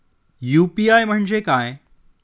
UPI म्हणजे काय?